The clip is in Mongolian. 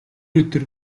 өдөр